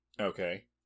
Okay